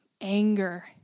anger